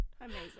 amazing